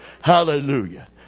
Hallelujah